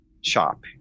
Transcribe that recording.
shop